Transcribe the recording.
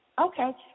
Okay